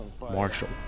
Marshall